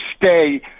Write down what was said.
stay